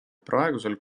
praegusel